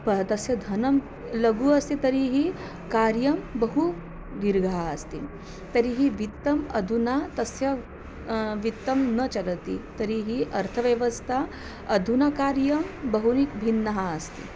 प तस्य धनं लघु अस्ति तर्हि कार्यं बहु दीर्घः अस्ति तर्हि वित्तम् अधुना तस्य वित्तं न चलति तर्हि अर्थव्यवस्था अधुना कार्यं बहूनि भिन्नः अस्ति